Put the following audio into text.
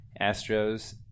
Astros